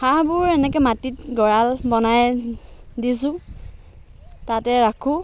হাঁহবোৰ এনেকৈ মাটিত গড়াল বনাই দিছোঁ তাতে ৰাখোঁ